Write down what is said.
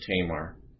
Tamar